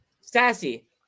Sassy